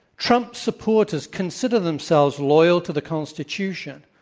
trump supporters consider themselves loyal to the constitution.